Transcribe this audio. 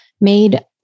made